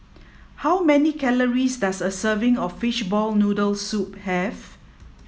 how many calories does a serving of fishball noodle soup have